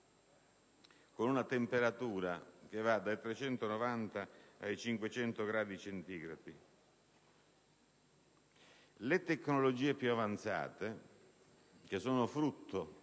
cui temperatura varia dai 390 ai 500 gradi centigradi. Le tecnologie più avanzate, che sono frutto